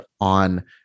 on